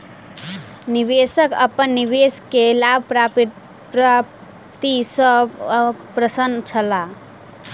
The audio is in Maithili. निवेशक अपन निवेश के लाभ प्राप्ति सॅ अप्रसन्न छला